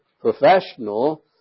professional